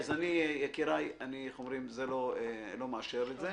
יקיריי, אני לא מאשר את זה.